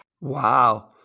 Wow